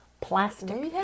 plastic